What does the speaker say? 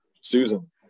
Susan